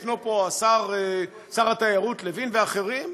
פה שר התיירות לוין ואחרים,